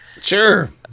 Sure